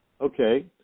Okay